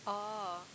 oh